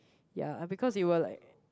yeah because it will like